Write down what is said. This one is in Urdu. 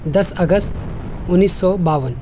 دس اگست انیس سو باون